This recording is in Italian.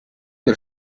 del